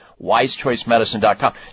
WiseChoiceMedicine.com